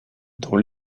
dont